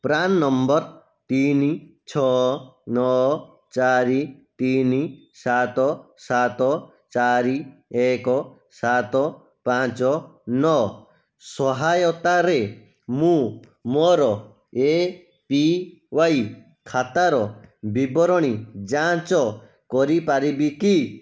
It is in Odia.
ପ୍ରାନ୍ ନମ୍ବର୍ ତିନି ଛଅ ନଅ ଚାରି ତିନି ସାତ ସାତ ଚାରି ଏକ ସାତ ପାଞ୍ଚ ନଅ ସହାୟତାରେ ମୁଁ ମୋର ଏ ପି ୱାଇ ଖାତାର ବିବରଣୀ ଯାଞ୍ଚ କରିପାରିବି କି